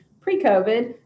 pre-COVID